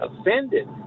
offended